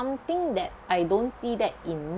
something that I don't see that in